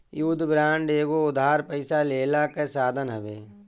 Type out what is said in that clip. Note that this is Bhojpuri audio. युद्ध बांड एगो उधार पइसा लेहला कअ साधन हवे